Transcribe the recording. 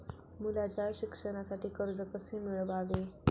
मुलाच्या शिक्षणासाठी कर्ज कसे मिळवावे?